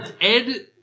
Ed